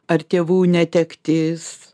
ar tėvų netektis